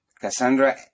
Cassandra